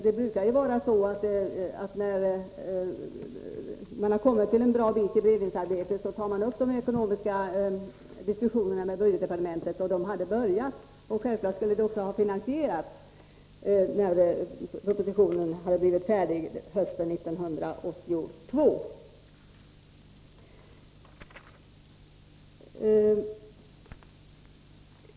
Det brukar vara så att när man kommit en bra bit i beredningsarbetet tar man upp de ekonomiska diskussionerna med budgetdepartementet. Dessa diskussioner hade börjat. Självklart skulle också finansieringen varit klar när propositionen blivit färdig hösten 1982.